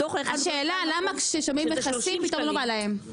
מתוך ה-1.2% שזה ש30 שקלים.